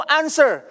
answer